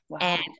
And-